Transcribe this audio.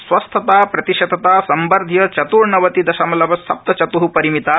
स्वस्थताप्रतिशतता संवध्य चतृर्णवति दशमलव सप्त चत्ः परिमिता